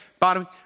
bottom